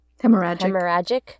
hemorrhagic